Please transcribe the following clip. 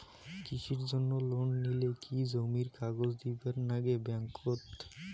কৃষির জন্যে লোন নিলে কি জমির কাগজ দিবার নাগে ব্যাংক ওত?